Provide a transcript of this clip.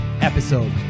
episode